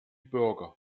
bürger